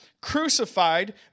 crucified